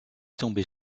tomber